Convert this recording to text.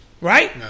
Right